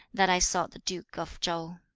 that i saw the duke of chau